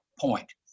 point